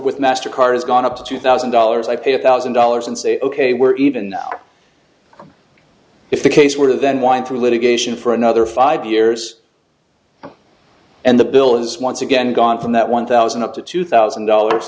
with master card has gone up to two thousand dollars i pay a thousand dollars and say ok we're even if the case were then whine through litigation for another five years and the bill is once again gone from that one thousand up to two thousand dollars